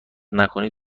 نکنی